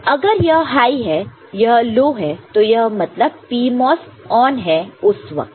अगर यह हाई है यह लो है यह लो मतलब PMOS ऑन है उस वक्त पर